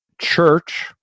church—